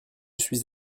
suis